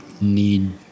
need